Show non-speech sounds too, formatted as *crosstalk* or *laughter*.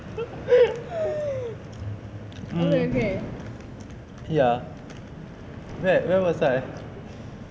*laughs* ya where where was I